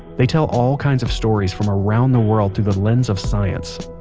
they tell all kinds of stories from around the world through the lens of science.